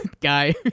guy